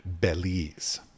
belize